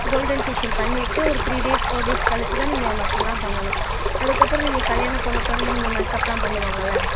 golden facial பண்ணிவிட்டு ஒரு three days four days கழிச்சு தான் நீங்கள் மற்றதெல்லாம் பண்ணணும் அதற்கப்பறம் நீங்கள் கல்யாண பொண்ணுக்கு வந்து நீங்கள் மேக்கப் எல்லாம் பண்ணுவாங்கள்ல